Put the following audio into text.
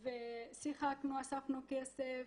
שיחקנו, אספנו כסף.